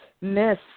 miss